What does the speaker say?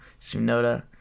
Sunoda